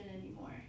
anymore